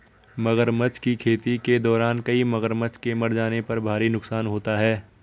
मगरमच्छ की खेती के दौरान कई मगरमच्छ के मर जाने पर भारी नुकसान होता है